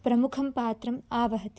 प्रमुखं पात्रम् आवहति